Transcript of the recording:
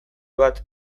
bat